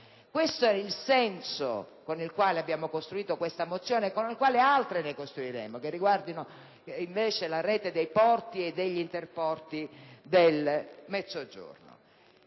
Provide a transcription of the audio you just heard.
Questo era il senso con il quale abbiamo costruito questa mozione e con la quale ne costruiremo altre, che riguarderanno invece la rete dei porti e degli interporti del Mezzogiorno